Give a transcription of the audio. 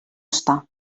estar